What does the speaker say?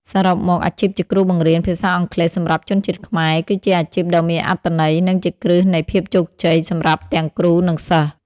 សរុបមក អាជីពជាគ្រូបង្រៀនភាសាអង់គ្លេសសម្រាប់ជនជាតិខ្មែរ គឺជាអាជីពដ៏មានអត្ថន័យ និងជាគ្រឹះនៃភាពជោគជ័យសម្រាប់ទាំងគ្រូ និងសិស្ស។